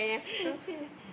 so